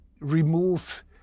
remove